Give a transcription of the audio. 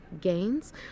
gains